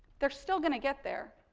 they're still going to get there,